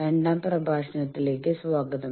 രണ്ടാം പ്രഭാഷണത്തിലേക്ക് സ്വാഗതം